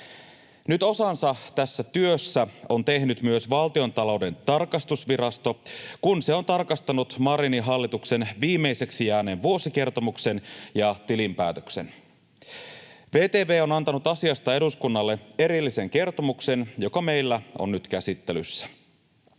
Nyt osansa tässä työssä on tehnyt myös Valtiontalouden tarkastusvirasto, kun se on tarkastanut Marinin hallituksen viimeiseksi jääneen vuosikertomuksen ja tilinpäätöksen. VTV on antanut asiasta eduskunnalle erillisen kertomuksen, joka meillä on nyt käsittelyssä.